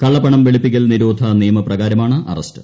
കള്ളപ്പണം വെളുപ്പിക്കൽ നിരോധ നിയമ പ്രകാരമാണ് അറസ്റ്റ്